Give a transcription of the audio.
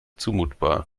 zumutbar